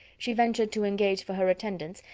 she ventured to engage for her attendance,